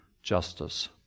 Justice